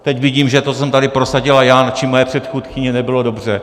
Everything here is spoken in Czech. Teď vidím, že to, co jsem tady prosadila já či moje předchůdkyně, nebylo dobře.